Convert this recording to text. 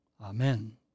Amen